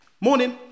morning